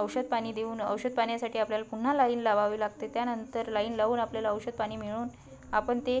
औषधपाणी देऊन औषधपाण्यासाठी आपल्याला पुन्हा लाईन लावावी लागते त्यानंतर लाईन लावून आपल्याला औषधपाणी मिळून आपण ते